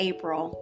April